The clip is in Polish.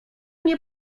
nie